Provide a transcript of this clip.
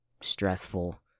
stressful